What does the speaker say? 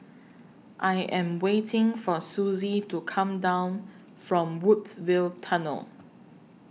I Am waiting For Suzy to Come down from Woodsville Tunnel